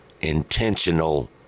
intentional